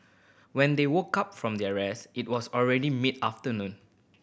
when they woke up from their rest it was already mid afternoon